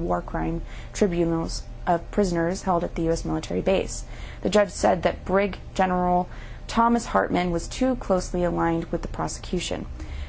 war crimes tribunals of prisoners held at the u s military base the judge said that brig general thomas hartmann was too closely aligned with the prosecution